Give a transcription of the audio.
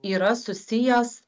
yra susijęs